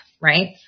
right